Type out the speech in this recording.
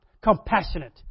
compassionate